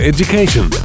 Education